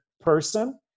person